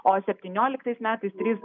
o septynioliktais metais trys